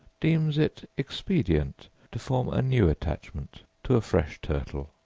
deems it expedient to form a new attachment to a fresh turtle.